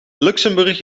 luxemburg